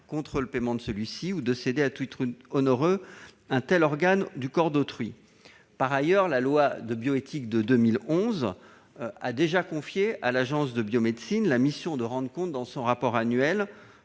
contre le paiement de celui-ci, ou de céder à titre onéreux un tel organe du corps d'autrui ». Par ailleurs, la loi de bioéthique de 2011 a déjà confié à l'Agence de la biomédecine la mission de dresser, dans son rapport annuel,